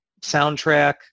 soundtrack